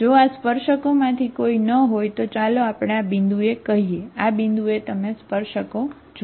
જો આ સ્પર્શકોમાંથી કોઈ ન હોય તો ચાલો આપણે આ બિંદુએ કહીએ આ બિંદુએ તમે સ્પર્શકો જુઓ